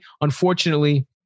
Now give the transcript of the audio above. unfortunately